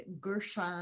Gershon